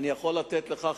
אני יכול לתת לך,